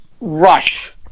Rush